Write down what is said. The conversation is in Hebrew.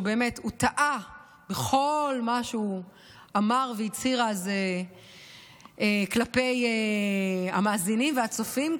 שהוא באמת טעה בכל מה שהוא אמר והצהיר אז כלפי המאזינים והצופים,